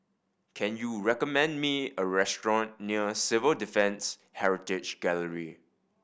can you recommend me a restaurant near Civil Defence Heritage Gallery